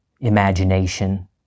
imagination